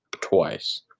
twice